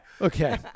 Okay